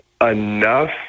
enough